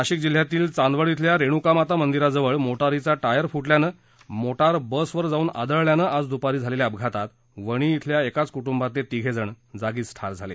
नाशिक जिल्ह्यातील चांदवड येथील रेणूकामाता मंदिराजवळ मोटारीचा टायर फुटल्याने मोटार बसवर जाऊन आदळल्यानं आज द्रपारी झालेल्या अपघातात वणी येथील एकाच कुट्रंबातील तिघे जागीच ठार झाले